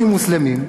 לסדר פעם ראשונה.